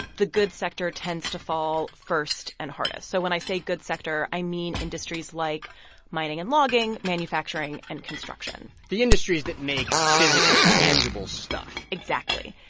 the goods sector tends to fall first and hardest. so when i say goods sector, i mean industries like mining and logging, manufacturing and construction the industries that make physical, tangible stuff exactly.